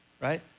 right